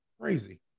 crazy